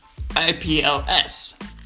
IPLS